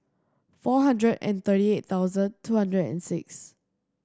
four hundred and thirty eight thousand two hundred and six